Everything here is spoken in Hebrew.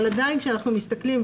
אבל עדיין כשאנחנו מסתכלים,